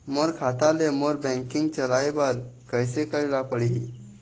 मोर खाता ले मोर बैंकिंग चलाए बर कइसे करेला पढ़ही?